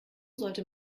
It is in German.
sollte